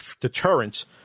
deterrence